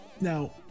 Now